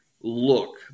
look